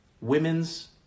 women's